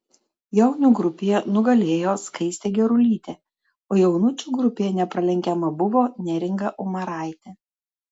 jaunių grupėje nugalėjo skaistė gerulytė o jaunučių grupėje nepralenkiama buvo neringa umaraitė